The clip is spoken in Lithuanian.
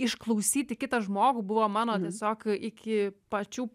išklausyti kitą žmogų buvo mano tiesiog iki pačių